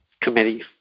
committee